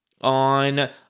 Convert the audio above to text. on